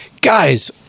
Guys